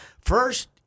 first